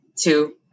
two